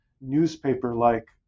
newspaper-like